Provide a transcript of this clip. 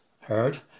heard